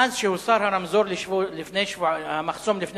מאז הוסר הרמזור לפני שבועיים,